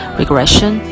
regression